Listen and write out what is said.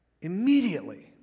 immediately